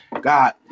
God